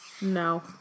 no